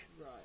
Right